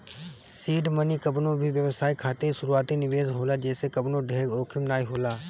seed money कवनो भी व्यवसाय खातिर शुरूआती निवेश होला जेसे कवनो ढेर जोखिम नाइ होला